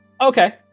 Okay